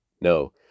No